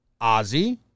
Ozzy